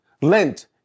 Lent